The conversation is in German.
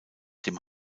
dem